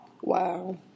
Wow